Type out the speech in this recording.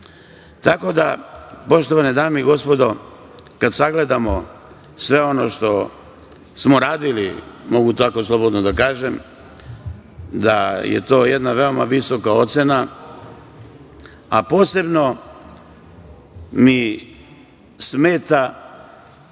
da, poštovane dame i gospodo, kada sagledamo sve ono što smo radili, mogu tako slobodno da kažem, da je to jedna veoma visoka ocena, a posebno mi smeta